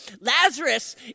Lazarus